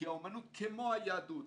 כי האומנות כמו היהדות,